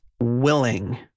willing